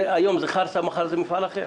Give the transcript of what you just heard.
היום זה חרסה, מחר זה מפעל אחר.